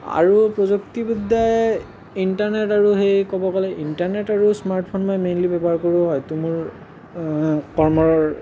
আৰু প্ৰযুক্তিবিদ্যাই ইণ্টাৰনেট আৰু সেই ক'ব গ'লে ইণ্টাৰনেট আৰু স্মাৰ্টফোনেই মেইনলি ব্যৱহাৰ হয় হয়তো মোৰ কৰ্মৰ